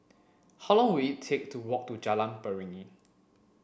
how long will it take to walk to Jalan Beringin